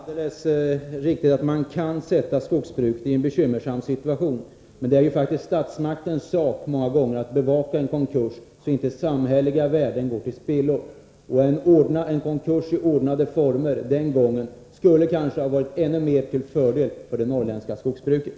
Fru talman! Det är alldeles riktigt att man kan försätta skogsbruket i en bekymmersam situation. Men det är faktiskt många gånger statsmaktens sak att bevaka en konkurs, så att inte samhälleliga värden går till spillo. En konkurs i ordnade former skulle kanske den gången ha varit ännu mer till fördel för det norrländska skogsbruket.